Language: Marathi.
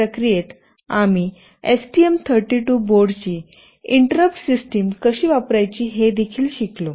प्रक्रियेत आम्ही एसटीएम 32 बोर्डची इंटरप्ट सिस्टम कशी वापरायची हे देखील शिकलो